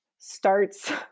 starts